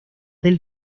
del